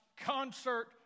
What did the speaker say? concert